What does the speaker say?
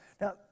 Now